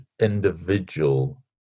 individual